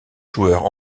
joueurs